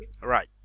Right